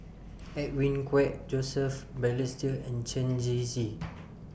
Edwin Koek Joseph Balestier and Chen Shiji